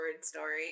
story